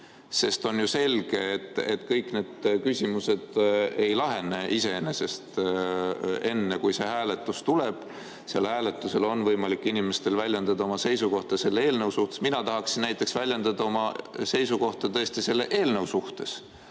Sest on selge, et kõik need küsimused ei lahene iseenesest enne, kui see hääletus tuleb. Sellel hääletusel on võimalik inimestel väljendada oma seisukohta selle eelnõu suhtes. Mina tahaksin näiteks väljendada oma seisukohta selle eelnõu suhtes,